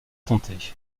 tenter